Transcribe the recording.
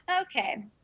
Okay